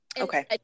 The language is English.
Okay